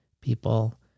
people